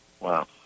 Wow